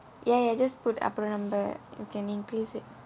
ya ya just put அப்புறம் நம்ம:appuram namma you can increase it